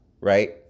right